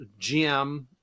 GM